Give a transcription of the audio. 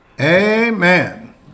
Amen